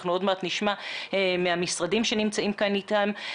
אנחנו עוד מעט נשמע מהמשרדים שנמצאים כאן אתנו.